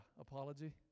apology